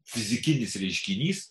fizikinis reiškinys